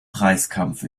preiskampf